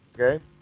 okay